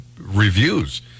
reviews